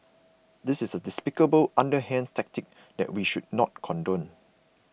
this is a despicable underhand tactic that we should not condone